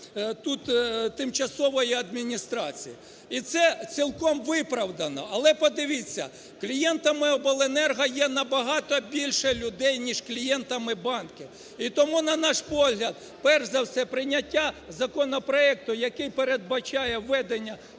тимчасової адміністрації. І це цілком виправдано. Але, подивіться, клієнтами обленерго є набагато більше людей, ніж клієнтами банків. І тому, на наш погляд, перш за все прийняття законопроекту, який передбачає введення